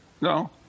No